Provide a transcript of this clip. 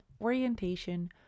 orientation